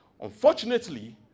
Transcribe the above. Unfortunately